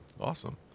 Awesome